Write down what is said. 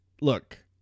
look